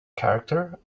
character